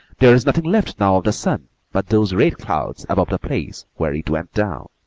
there is nothing left now of the sun but those red clouds above the place where it went down.